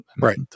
Right